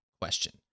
question